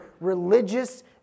religious